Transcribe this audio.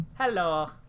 Hello